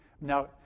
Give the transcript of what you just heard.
Now